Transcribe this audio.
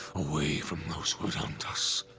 away from those who would hunt us,